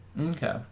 Okay